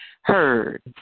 heard